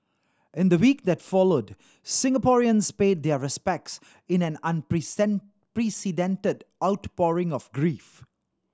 in the week that followed Singaporeans paid their respects in an outpouring of grief